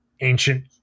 ancient